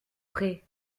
prêt